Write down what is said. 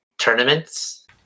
tournaments